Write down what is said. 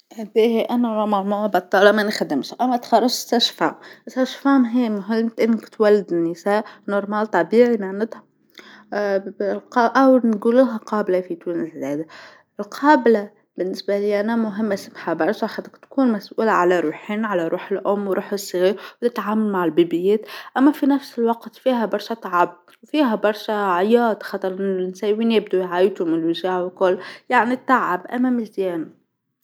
باهي انا المفروض بطالة ما نخدمش أما تخرجت قابلة، القابلة هي مهمتك انك تولد النسا نورمال طبيعي معنتها قا- نقولولها قابلة في تونس القابلة مهمة سمحة برشا خاطر تكون مسؤولة على روحين روح الأم و روح الصغير نتعامل مع البيبيات أما في نفس الوقت فيها برشا تعب فيها برشا عياط خاطر النساوين يبدو يعيطو مالوجيعة والكل يعني التعب أما مزيانة